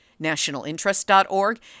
nationalinterest.org